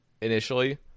initially